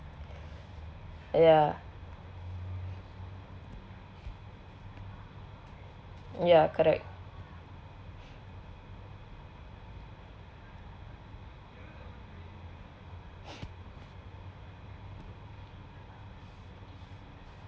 ya ya correct